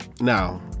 Now